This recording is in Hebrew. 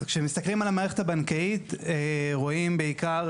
כשמסתכלים על המערכת הבנקאית רואים בעיקר